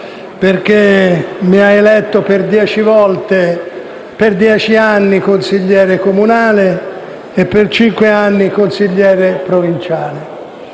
perché mi ha eletto per dieci anni consigliere comunale e per cinque anni consigliere provinciale.